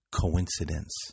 coincidence